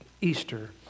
Easter